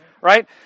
Right